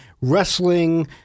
wrestling